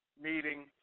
meeting